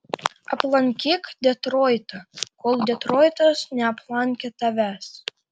aplankyk detroitą kol detroitas neaplankė tavęs